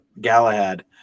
Galahad